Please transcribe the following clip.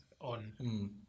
on